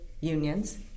unions